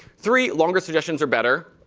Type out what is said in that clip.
three, longer suggestions are better.